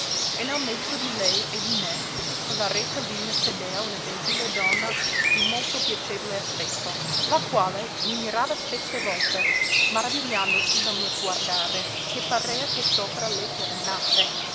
e nel mezzo di lei e di me per la retta linea sedea una gentile donna di molto piacevole aspetto la quale mi mirava spesse volte maravigliandosi del mio sguardare che parea che sopra lei terminasse